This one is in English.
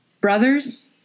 brothers